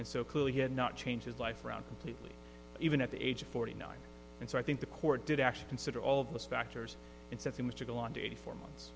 and so clearly he had not changed his life around completely even at the age of forty nine and so i think the court did actually consider all of those factors and said he was to go on to eighty four months